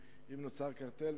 אם נוצר קרטל,